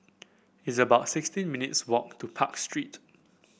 it's about sixteen minutes' walk to Park Street